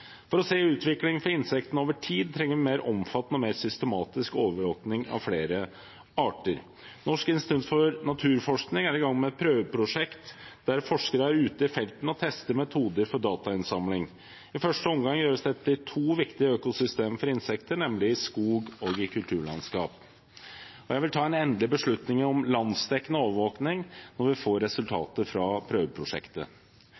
For å se utviklingen for insektene over tid trenger vi mer omfattende og mer systematisk overvåking av flere arter. Norsk institutt for naturforskning er i gang med et prøveprosjekt der forskere er ute i felten og tester metoder for datainnsamling. I første omgang gjøres dette i to viktige økosystemer for insekter, nemlig i skog og i kulturlandskap. Jeg vil ta en endelig beslutning om landsdekkende overvåking når vi får